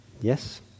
Yes